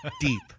Deep